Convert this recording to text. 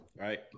right